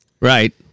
Right